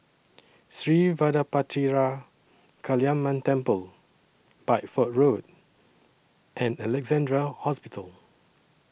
Sri Vadapathira Kaliamman Temple Bideford Road and Alexandra Hospital